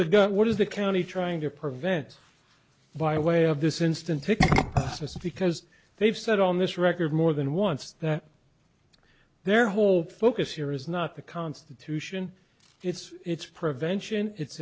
the got what is the county trying to prevent by way of this instant access because they've said on this record more than once that their whole focus here is not the constitution it's it's prevention it's